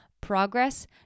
progress